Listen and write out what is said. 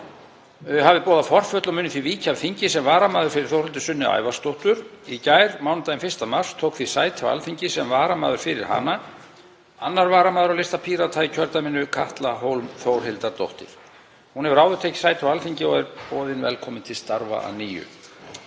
s., hafi boðað forföll og muni því víkja sem varamaður fyrir Þórhildi Sunnu Ævarsdóttur. Í gær, mánudaginn 1. mars, tók því sæti á Alþingi sem varamaður fyrir hana 2. varamaður á lista Pírata í kjördæminu, Katla Hólm Þórhildardóttir. Hún hefur áður tekið sæti á Alþingi og er boðin velkomin til starfa að nýju.